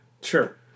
Sure